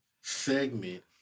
segment